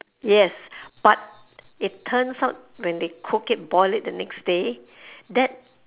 yes but it turns out when they cook it boil it the next day that